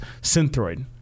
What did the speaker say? Synthroid